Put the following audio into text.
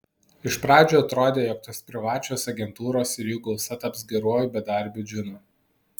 iš pradžių atrodė jog tos privačios agentūros ir jų gausa taps geruoju bedarbių džinu